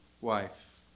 wife